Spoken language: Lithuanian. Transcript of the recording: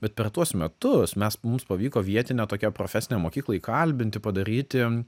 bet per tuos metus mes mums pavyko vietinę tokią profesinę mokyklą įkalbinti padaryti